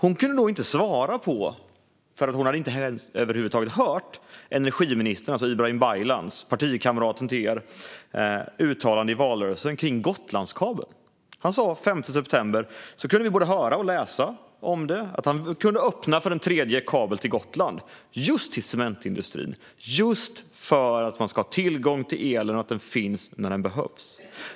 Hon kunde då inte svara på min fråga, för hon hade över huvud taget inte hört dåvarande energiministerns, alltså er partikamrat Ibrahim Baylan, uttalande i valrörelsen om Gotlandskabeln. Den 5 september kunde vi både höra och läsa att Ibrahim Baylan kunde tänka sig att öppna för en tredje kabel till Gotland just till cementindustrin, just för att man ska ha tillgång till el och just för att den ska finnas när den behövs.